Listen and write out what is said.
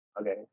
Okay